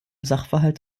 sachverhalt